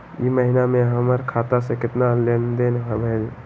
ई महीना में हमर खाता से केतना लेनदेन भेलइ?